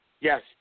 yes